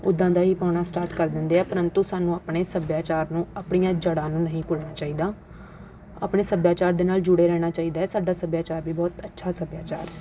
ਉੱਦਾਂ ਦਾ ਹੀ ਪਾਉਣਾ ਸਟਾਰਟ ਕਰ ਦਿੰਦੇ ਹੈ ਪਰੰਤੂ ਸਾਨੂੰ ਆਪਣੇ ਸੱਭਿਆਚਾਰ ਨੂੰ ਆਪਣੀਆਂ ਜੜਾਂ ਨੂੰ ਨਹੀਂ ਭੁੱਲਣਾ ਚਾਹੀਦਾ ਆਪਣੇ ਸੱਭਿਆਚਾਰ ਦੇ ਨਾਲ ਜੁੜੇ ਰਹਿਣਾ ਚਾਹੀਦਾ ਹੈ ਸਾਡਾ ਸੱਭਿਆਚਾਰ ਵੀ ਬਹੁਤ ਅੱਛਾ ਸੱਭਿਆਚਾਰ ਹੈ